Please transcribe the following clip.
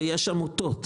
יש שם עמותות,